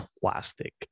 plastic